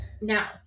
Now